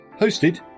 hosted